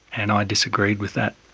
and i disagreed with that.